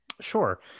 Sure